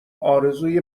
ارزوی